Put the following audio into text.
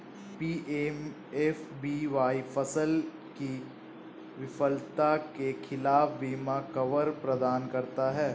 PMFBY फसल की विफलता के खिलाफ बीमा कवर प्रदान करता है